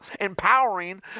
empowering